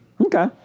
Okay